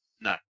No